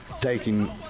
Taking